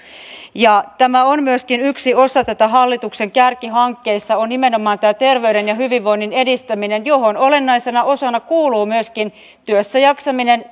tämä on myöskin yksi osa tätä hallituksen kärkihankkeissa on nimenomaan tämä terveyden ja hyvinvoinnin edistäminen johon olennaisena osana kuuluu myöskin työssäjaksaminen